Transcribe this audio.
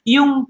Yung